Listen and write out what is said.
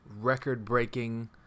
record-breaking